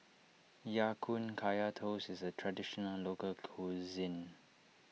Ya Kun Kaya Toast is a Traditional Local Cuisine